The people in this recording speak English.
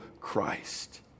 Christ